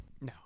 No